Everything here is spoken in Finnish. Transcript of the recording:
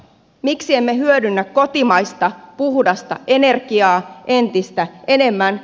miksi emme hyödynnä kotimaista puhdasta energiaa entistä enemmän